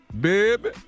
baby